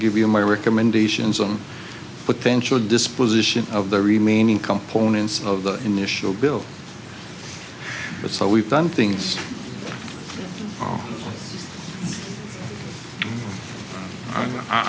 give you my recommendations on potential disposition of the remaining components of the initial bill so we've done things